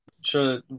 sure